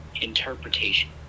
interpretation